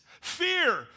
Fear